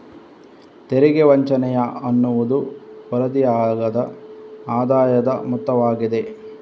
ತೆರಿಗೆ ವಂಚನೆಯ ಅನ್ನುವುದು ವರದಿಯಾಗದ ಆದಾಯದ ಮೊತ್ತವಾಗಿದೆ